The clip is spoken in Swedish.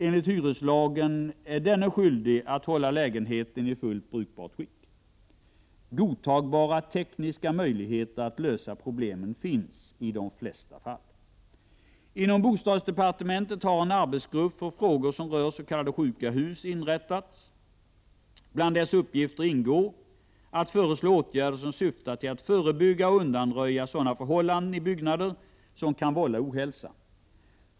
Enligt hyreslagen är denne skyldig att hålla lägenheten i fullt brukbart skick. Godtagbara tekniska möjligheter att lösa problemen finns i de flesta fall. Inom bostadsdepartementet har en arbetsgrupp för frågor som rör s.k. sjuka hus inrättats. Bland dess uppgifter ingår att föreslå åtgärder som syftar till att förebygga och undanröja sådana förhållanden i byggnader som kan vålla ohälsa.